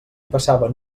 passaven